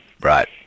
Right